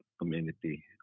community